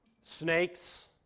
Snakes